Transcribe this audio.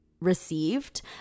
received